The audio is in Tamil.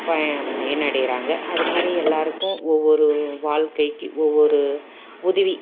ப பயனடைகிறாங்க அது மாதிரி எல்லாருக்கும் ஒவ்வொரு வாழ்க்கைக்கு ஒவ்வொரு உதவி